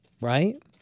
right